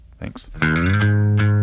thanks